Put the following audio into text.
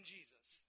Jesus